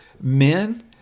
men